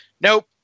nope